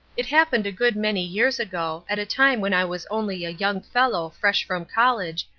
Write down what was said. it happened a good many years ago at a time when i was only a young fellow fresh from college,